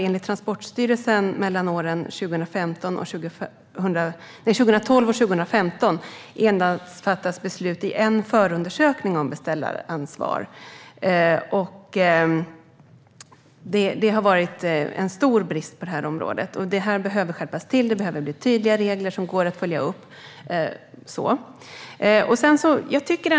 Enligt Transportstyrelsen har det under åren 2012-2015 endast i en förundersökning fattats beslut om beställaransvar. Det har varit en stor brist och behöver skärpas till. Det behöver bli tydliga regler som går att följa upp.